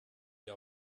wir